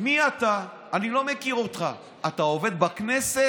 מי אתה, אני לא מכיר אותך, אתה עובד בכנסת?